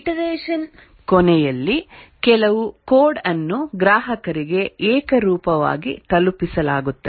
iteration ಕೊನೆಯಲ್ಲಿ ಕೆಲವು code ಅನ್ನು ಗ್ರಾಹಕರಿಗೆ ಏಕರೂಪವಾಗಿ ತಲುಪಿಸಲಾಗುತ್ತದೆ